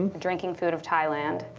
and drinking food of thailand,